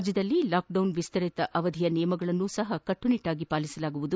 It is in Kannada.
ರಾಜ್ವದಲ್ಲಿ ಲಾಕ್ಡೌನ್ ವಿಸ್ತರಿತ ಅವದಿಯ ನಿಯಮಗಳನ್ನೂ ಕಟ್ಟುನಿಟ್ಟಾಗಿ ಪಾಲಿಸಲಾಗುವುದು